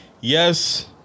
Yes